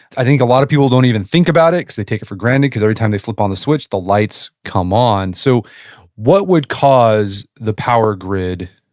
i think a lot of people don't even think about it because they take it for granted because every time they flip on the switch, the lights come on. so what would cause the power grid,